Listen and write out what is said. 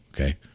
Okay